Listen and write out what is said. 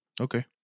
Okay